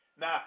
Now